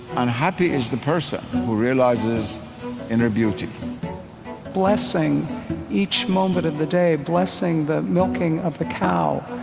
and happy is the person who realizes inner beauty blessing each moment of the day. blessing the milking of the cow.